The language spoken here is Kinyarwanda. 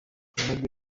amahirwe